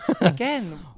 Again